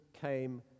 came